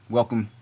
Welcome